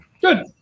Good